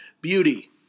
beauty